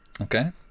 Okay